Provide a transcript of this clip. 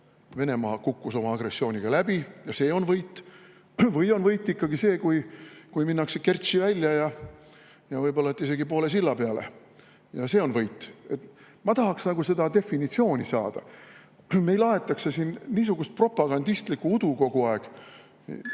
Venemaa kukkus oma agressiooniga läbi? Kas see on võit? Või on võit ikkagi see, kui minnakse Kertši välja ja võib-olla isegi poole silla peale? Kas see on võit? Ma tahaksin seda definitsiooni saada. Meil aetakse siin niisugust propagandistlikku udu kogu aeg,